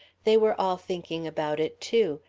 they were all thinking about it, too.